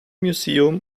museum